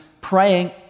praying